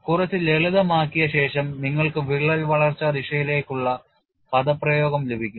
കുറച്ച് ലളിതമാക്കിയ ശേഷം നിങ്ങൾക്ക് വിള്ളൽ വളർച്ചാ ദിശയ്ക്കുള്ള പദപ്രയോഗം ലഭിക്കും